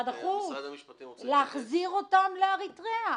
להחזיר את השאר לאריתריאה?